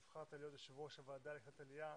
אני קובע שפה אחד נבחרת להיות יושב-ראש הוועדה לקליטת עלייה.